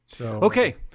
Okay